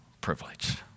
privilege